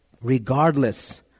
regardless